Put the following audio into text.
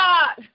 God